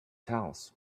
house